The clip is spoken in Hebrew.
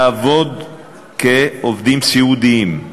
לעבוד כעובדים סיעודיים,